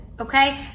okay